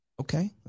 okay